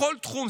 בכל תחום,